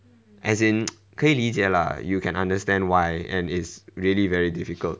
as in 可以理解 lah you can understand why and it's really very difficult